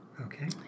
Okay